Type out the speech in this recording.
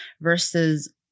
versus